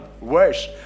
worse